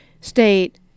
state